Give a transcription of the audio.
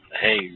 hey